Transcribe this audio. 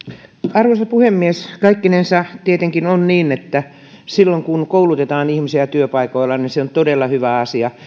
arvoisa puhemies kaikkinensa tietenkin on niin että silloin kun koulutetaan ihmisiä työpaikoilla se on todella hyvä asia